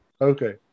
Okay